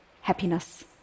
happiness